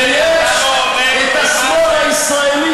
ויש השמאל הישראלי,